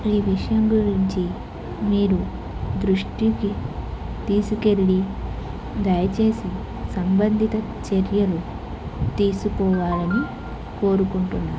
ఈ విషయం గురించి మీరు దృష్టికి తీసుకెళ్లి దయచేసి సంబంధిత చర్యలు తీసుకోవాలని కోరుకుంటున్నారు